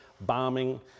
bombing